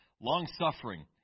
long-suffering